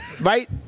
right